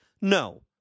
No